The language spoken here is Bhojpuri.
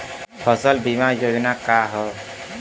फसल बीमा योजना का ह?